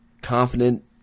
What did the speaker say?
confident